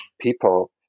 people